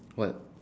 what